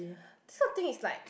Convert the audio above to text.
this kind of thing is like